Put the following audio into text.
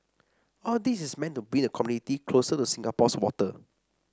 all this is meant to bring the community closer to Singapore's water